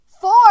four